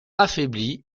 affaibli